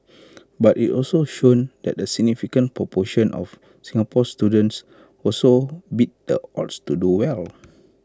but IT also showed that A significant proportion of Singapore students also beat the odds to do well